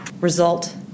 result